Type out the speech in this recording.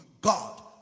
God